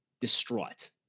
distraught